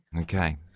Okay